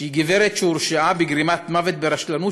שהיא גברת שהורשעה בגרימת מוות ברשלנות